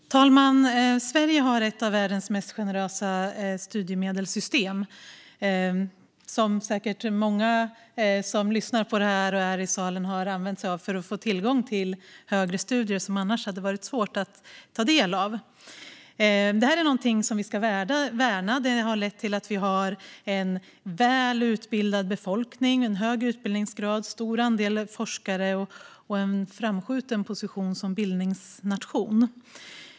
Fru talman! Sverige har ett av världens mest generösa studiemedelssystem. Många som lyssnar på debatten och är i salen har säkert använt sig av det för att få tillgång till högre studier som det annars hade varit svårt att få ta del av. Det är något som vi ska värna. Det har lett till att vi har en väl utbildad befolkning, hög utbildningsgrad, stor andel forskare och en framskjuten position som bildningsnation.